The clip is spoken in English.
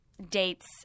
dates